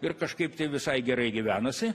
ir kažkaip tai visai gerai gyvenosi